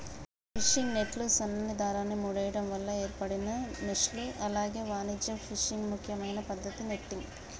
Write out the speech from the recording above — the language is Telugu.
ఫిషింగ్ నెట్లు సన్నని దారాన్ని ముడేయడం వల్ల ఏర్పడిన మెష్లు అలాగే వాణిజ్య ఫిషింగ్ ముఖ్యమైన పద్దతి నెట్టింగ్